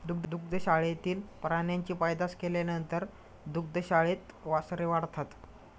दुग्धशाळेतील प्राण्यांची पैदास केल्यानंतर दुग्धशाळेत वासरे वाढतात